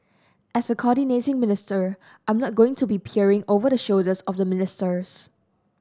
as a coordinating minister I'm not going to be peering over the shoulders of the ministers